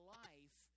life